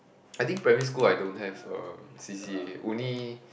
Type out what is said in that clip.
I think primary school I don't have a C_C_A only